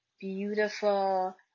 beautiful